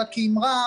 אלא כאמרה,